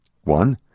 One